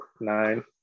nine